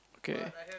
okay